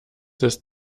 ist